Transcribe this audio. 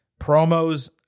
promos